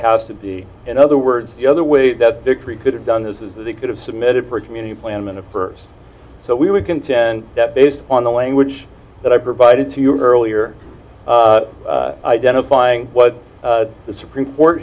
has to be in other words the other way that decree could have done this is that they could have submitted for a community plan and for so we would contend that based on the language that i provided to you earlier identifying what the supreme court